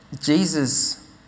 Jesus